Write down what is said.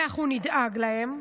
אנחנו נדאג להם,